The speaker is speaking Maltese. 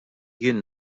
jien